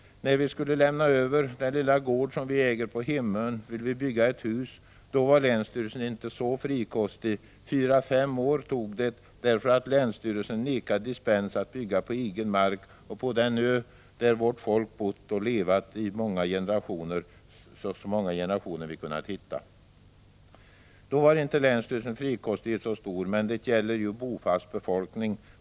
När vi skulle lämna över den lilla gård vi äger på hemön ville vi bygga oss ett hus. Då var länsstyrelsen inte så frikostig. Fyra fem år tog det, därför att länsstyrelsen vägrade dispens att bygga på egen mark och på den ö där vårt folk bott och levt i så många generationer vi kunnat hitta. Då var inte länsstyrelsens frikostighet så stor. Men det gällde ju bofast befolkning.